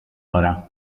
ώρα